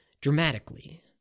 dramatically